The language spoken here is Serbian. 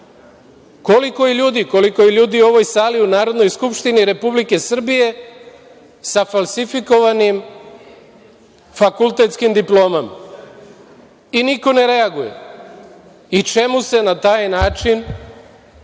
Koliko je ljudi u ovoj sali u Narodnoj skupštini Republike Srbije sa falsifikovanim fakultetskim diplomama i niko ne reaguje? Čemu se na taj način